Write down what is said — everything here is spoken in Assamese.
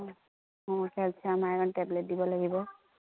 অঁ অঁ কেলচিয়াম আইৰণ টেবলেট দিব লাগিব